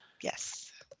Yes